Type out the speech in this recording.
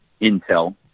Intel